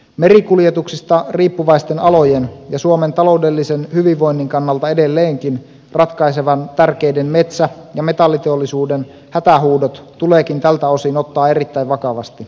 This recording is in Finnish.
merikuljetuksista riippuvaisten alojen ja suomen taloudellisen hyvinvoinnin kannalta edelleenkin ratkaisevan tärkeiden metsä ja metalliteollisuuden hätähuudot tuleekin tältä osin ottaa erittäin vakavasti